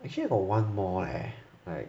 actually I got one more leh like